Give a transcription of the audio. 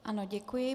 Ano, děkuji.